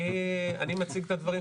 אני מציג את הדברים,